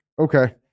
Okay